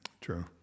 True